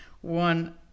one